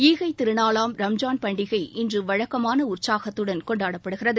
ஈகைத் திருநாளாம் ரம்ஜான் பண்டிகை இன்று வழக்கமான உற்சாகத்துடன் கொண்டாடப்படுகிறது